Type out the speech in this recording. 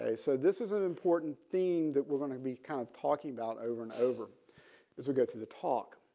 ah so this is an important theme that we're going to be kind of talking about over and over as we go through the talk.